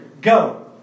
Go